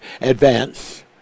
advance